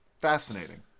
Fascinating